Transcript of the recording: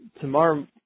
Tomorrow